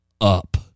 up